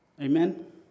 Amen